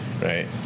right